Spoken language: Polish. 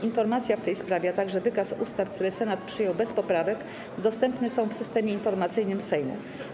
Informacja w tej sprawie, a także wykaz ustaw, które Senat przyjął bez poprawek, dostępne są w Systemie Informacyjnym Sejmu.